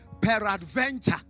Peradventure